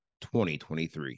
2023